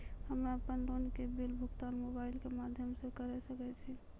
हम्मे अपन लोन के बिल भुगतान मोबाइल के माध्यम से करऽ सके छी?